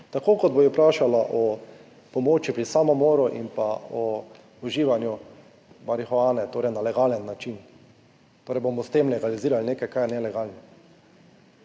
tako kot bo vprašala o pomoči pri samomoru in pa o uživanju marihuane, torej na legalen način, torej bomo s tem legalizirali nekaj, kar je nelegalno.